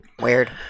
weird